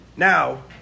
Now